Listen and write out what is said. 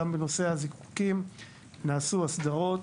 גם בנושא הזיקוקים נעשו הסדרות.